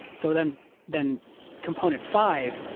so then then component five,